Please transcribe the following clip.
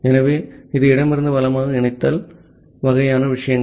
ஆகவே இது இடமிருந்து வலமாக இணைத்தல் வகையான விஷயங்கள்